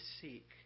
seek